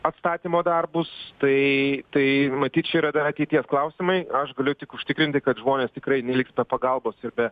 atstatymo darbus tai tai matyt čia yra dar ateities klausimai aš galiu tik užtikrinti kad žmonės tikrai neliks be pagalbos ir be